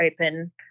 open